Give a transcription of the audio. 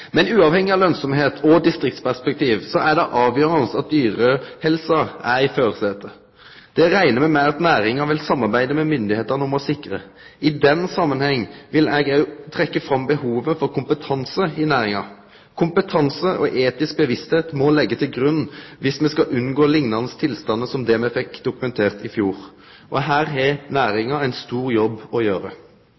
Men uavhengig av lønsemd og distriktsperspektiv er det avgjerande at dyrehelsa er i førarsetet. Det reknar me med at næringa vil samarbeide med myndigheitene om å sikre. I den samanheng vil eg også trekkje fram behovet for kompetanse i næringa. Kompetanse og etisk bevisstheit må liggje til grunn dersom me skal unngå liknande tilstandar som det me fekk dokumentert i fjor. Her har